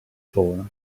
for